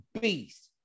beast